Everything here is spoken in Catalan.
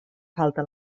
falta